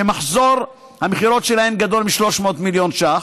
שמחזור המכירות שלהן גדול מ-300 מיליון ש"ח,